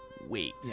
wait